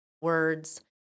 words